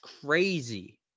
crazy